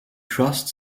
trust